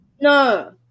No